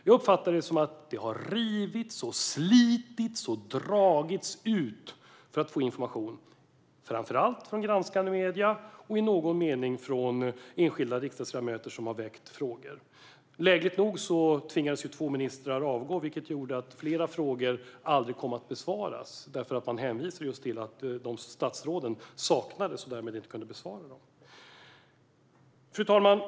Jag uppfattar det som att det har rivits, slitits och dragits för att få information, framför allt från granskande medier och i någon mening från enskilda riksdagsledamöter som har väckt frågor. Lägligt nog tvingades två ministrar att avgå. Det gjorde att flera frågor aldrig kom att besvaras, därför att det hänvisades till just att dessa statsråd saknades och därmed inte kunde besvara frågorna. Fru talman!